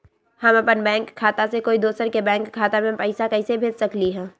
हम अपन बैंक खाता से कोई दोसर के बैंक खाता में पैसा कैसे भेज सकली ह?